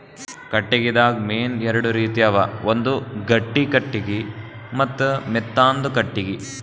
ಕಟ್ಟಿಗಿದಾಗ್ ಮೇನ್ ಎರಡು ರೀತಿ ಅವ ಒಂದ್ ಗಟ್ಟಿ ಕಟ್ಟಿಗಿ ಮತ್ತ್ ಮೆತ್ತಾಂದು ಕಟ್ಟಿಗಿ